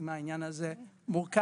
אם העניין הזה מורכב,